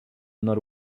nord